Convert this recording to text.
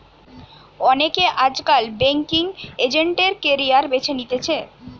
অনেকে আজকাল banking agent এর ক্যারিয়ার বেছে নিতেছে